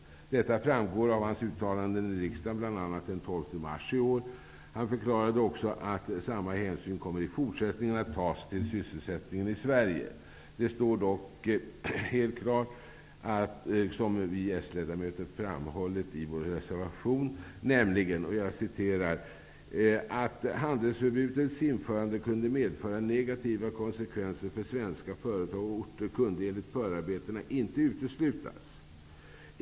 Detta framgår av hans uttalanden i riksdagen, bl.a. den 12 mars i år. Han förklarade också att samma hänsyn kommer i fortsättningen att tas till sysselsättningen i Sverige. Det står dock helt klart det vi s-ledamöter har framhållit i vår reservation: ''Att handelsförbudets införande kunde medföra negativa konsekvenser för svenska företag och orter kunde enligt förarbetena inte uteslutas.